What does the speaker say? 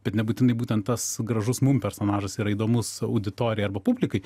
bet nebūtinai būtent tas gražus mum personažas yra įdomus auditorijai arba publikai